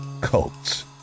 cults